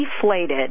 deflated